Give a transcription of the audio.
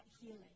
healing